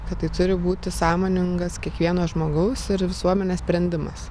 kad tai turi būti sąmoningas kiekvieno žmogaus ir visuomenės sprendimas